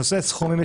נושא סכומים,